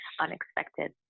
unexpected